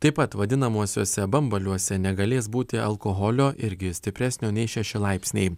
taip pat vadinamuosiuose bambaliuose negalės būti alkoholio irgi stipresnio nei šeši laipsniai